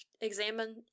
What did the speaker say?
examine